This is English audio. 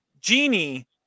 genie